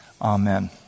Amen